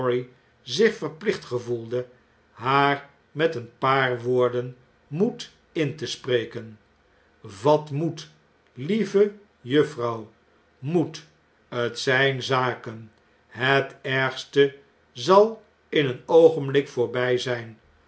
zich verplicht gevoelde haar met een paar woorden moed in te spreken vat moed lieve juffrouw moed t zijn zaken het ergste zal in een oogenblik voorbij zp